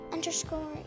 Underscore